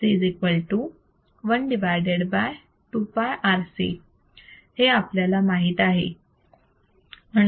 fc 1 2 πRC आपल्याला हे माहित आहे